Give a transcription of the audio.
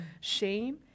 shame